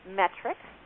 metrics